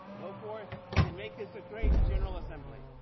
go forth and make it a great general assembly!